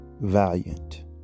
valiant